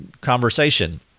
conversation